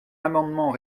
amendement